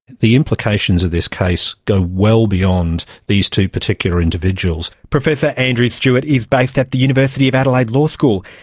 the implications of this case go well beyond these two particular individuals. professor andrew stewart is based at the university of adelaide law school.